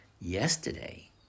Yesterday